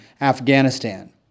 Afghanistan